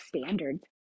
standards